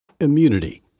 immunity